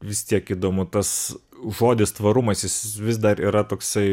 vis tiek įdomu tas žodis tvarumas vis dar yra toksai